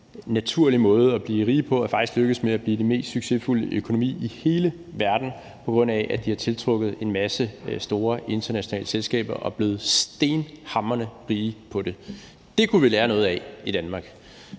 naturlig måde at blive rigt på – er faktisk lykkedes med at blive den mest succesfulde økonomi i hele verden, på grund af at de har tiltrukket en masse store internationale selskaber og er blevet stenhamrende rige på det. Det kunne vi lære noget af i Danmark.